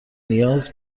نیاز